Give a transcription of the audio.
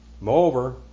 Moreover